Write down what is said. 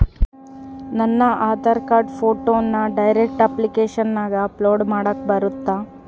ನನ್ನ ಆಧಾರ್ ಕಾರ್ಡ್ ಫೋಟೋನ ಡೈರೆಕ್ಟ್ ಅಪ್ಲಿಕೇಶನಗ ಅಪ್ಲೋಡ್ ಮಾಡಾಕ ಬರುತ್ತಾ?